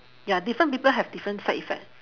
ya different people have different side effect